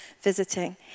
visiting